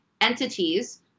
entities